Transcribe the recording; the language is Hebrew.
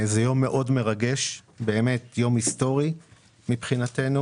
זה יום מאוד מרגש, יום היסטורי מבחינתנו.